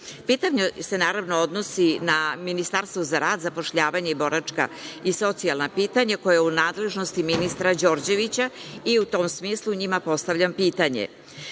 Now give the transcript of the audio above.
Pitanje se, naravno, odnosi na Ministarstvo za rad, zapošljavanje, boračka i socijalna pitanja, koje je u nadležnosti ministra Đorđevića, i u tom smislu njima postavljam pitanje. Smatram